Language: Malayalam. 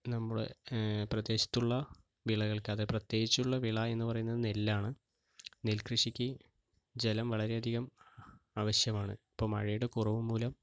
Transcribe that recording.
നമ്മുടെ പ്രദേശത്തുള്ള വിളകൾക്ക് അത് പ്രത്യേകിച്ചുള്ള വിള എന്ന് പറയുന്നത് നെല്ലാണ് നെൽകൃഷിക്ക് ജലം വളരെയധികം ആവശ്യമാണ് ഇപ്പോൾ മഴയുടെ കുറവു മൂലം